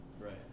Right